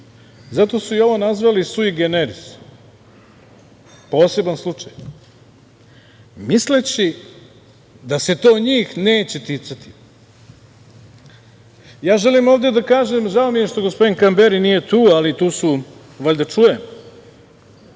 Zato su i ovo nazvali sui generis, poseban slučaj, misleći da se to njih neće ticati. Želim ovde da kažem, žao mi je što gospodin Kamberi nije tu, ali valjda čuje,